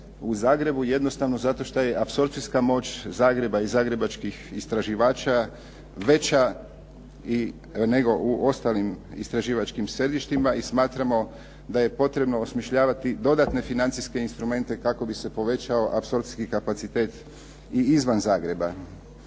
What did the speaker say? u Zagrebu jednostavno zato što je apsorpcijska moć Zagreba i zagrebačkih istraživača veća nego u ostalim istraživačkim središtima i smatramo da je potrebno osmišljavati dodatne financijske instrumente kako bi se povećao apsorpcijski kapacitet i izvan Zagreba.